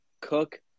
Cook